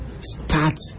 Start